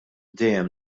dejjem